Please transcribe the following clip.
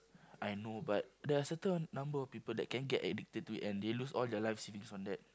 I know but there are certain number of people that can get addicted to it and they lose all their life savings on that